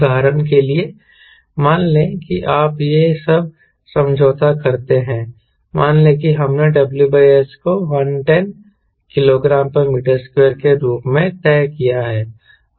उदाहरण के लिए मान लें कि आप यह सब समझौता करते हैं मान लें कि हमने WS को 110 kgm2 के रूप में तय किया है